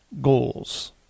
goals